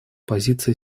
позиция